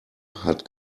hat